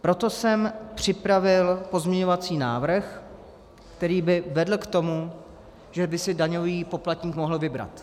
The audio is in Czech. Proto jsem připravil pozměňovací návrh, který by vedl k tomu, že by si daňový poplatník mohl vybrat.